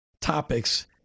topics